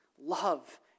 love